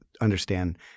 understand